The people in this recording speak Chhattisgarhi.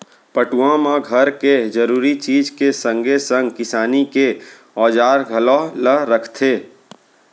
पटउहाँ म घर के जरूरी चीज के संगे संग किसानी के औजार घलौ ल रखथे